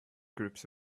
groups